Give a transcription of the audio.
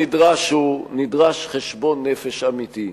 נדרש חשבון נפש אמיתי,